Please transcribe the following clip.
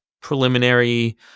preliminary